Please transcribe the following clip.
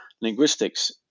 linguistics